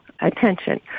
attention